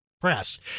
press